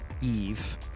Eve